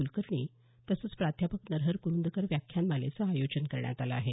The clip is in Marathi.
कुलकर्णी तसंच प्राध्यापक नरहर कुरूंदकर व्याखानमालेचं आयोजन करण्यात आलं आहे